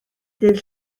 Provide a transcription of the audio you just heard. dydd